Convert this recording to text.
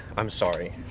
i'm sorry.